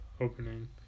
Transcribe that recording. opening